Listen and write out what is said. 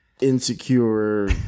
insecure